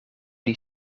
die